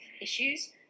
issues